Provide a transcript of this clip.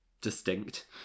distinct